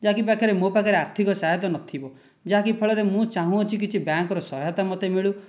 ଯାହାକି ପାଖରେ ମୋ' ପାଖରେ ଆର୍ଥିକ ସହାୟତା ନଥିବ ଯାହାକି ଫଳରେ ମୁଁ ଚାହୁଁଅଛି କିଛି ବ୍ୟାଙ୍କର ସହାୟତା ମୋତେ ମିଳୁ